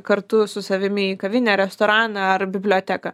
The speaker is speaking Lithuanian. kartu su savimi į kavinę restoraną ar biblioteką